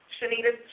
Shanita